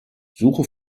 suche